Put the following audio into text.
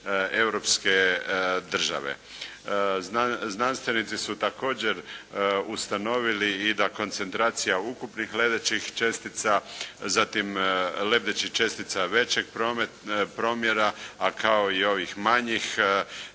europske države. Znanstvenici su također ustanovili i da koncentracija ukupnih lebdećih čestica, zatim lebdećih čestica većeg promjera, a kao i ovih manjih,